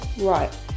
right